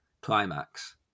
climax